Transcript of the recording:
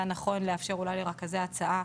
היה נכון לאפשר לרכזי ההצעה